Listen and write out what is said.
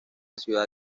ciudad